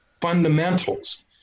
fundamentals